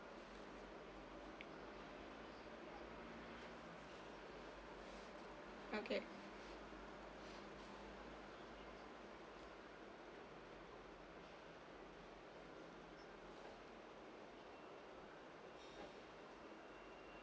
okay